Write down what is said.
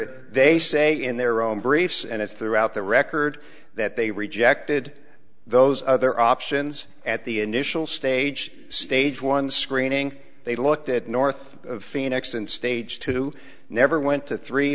they say in their own briefs and it's throughout the record that they rejected those other options at the initial stage stage one screening they looked at north of phoenix and stage two never went to three